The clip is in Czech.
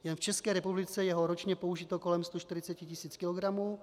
Jen v České republice je ho ročně použito kolem 140 tisíc kilogramů.